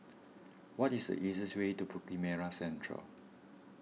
what is the easiest way to Bukit Merah Central